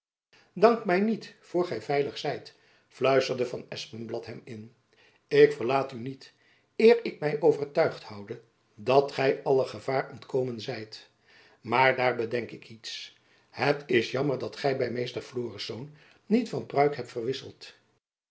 dank my niet voor gy veilig zijt fluisterde van espenblad hem in ik verlaat u niet eer ik my overtuigd houde dat gy alle gevaar ontkomen zijt maar daar bedenk ik iets het is jammer dat gy by meester florisz niet van pruik hebt verwisseld